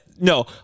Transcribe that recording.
no